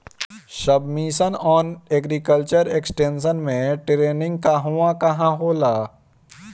सब mission on agriculture extension मै टेरेनीं कहवा कहा होला?